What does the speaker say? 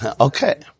Okay